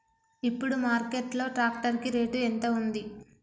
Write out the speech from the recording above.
ఇప్పుడు మార్కెట్ లో ట్రాక్టర్ కి రేటు ఎంత ఉంది?